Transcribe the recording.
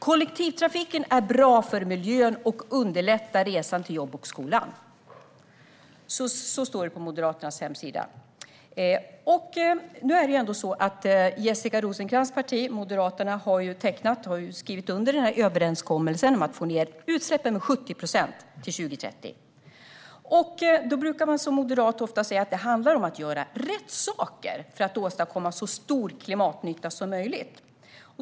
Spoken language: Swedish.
Kollektivtrafiken är bra för miljön, och den underlättar resan till jobb och skola - så står det på Moderaternas hemsida. Jessica Rosencrantz parti, Moderaterna, har skrivit under överenskommelsen om att man ska få ned utsläppen med 70 procent till 2030. Moderater brukar ofta säga att det handlar om att göra rätt saker för att man ska kunna åstadkomma så stor klimatnytta som möjligt.